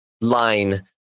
line